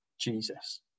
Jesus